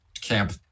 camp